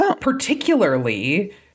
particularly